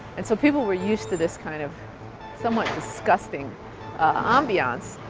and so people were used to this kind of somewhat disgusting ambiance.